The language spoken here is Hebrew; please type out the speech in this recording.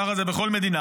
ככה זה בכל מדינה.